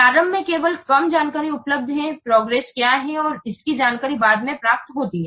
प्रारंभ में केवल कम जानकारी उपलब्ध है प्रोग्रेस क्या है तो इसकी जानकारी बाद में प्राप्त होती है